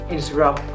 Instagram